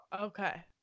Okay